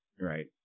right